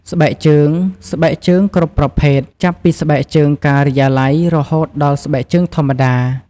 ស្បែកជើង ស្បែកជើងគ្រប់ប្រភេទ ចាប់ពីស្បែកជើងការិយាល័យ រហូតដល់ស្បែកជើងធម្មតា។